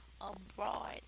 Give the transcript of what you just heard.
abroad